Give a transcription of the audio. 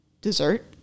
dessert